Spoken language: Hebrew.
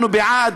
אנחנו בעד.